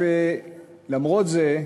למרות זאת,